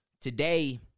today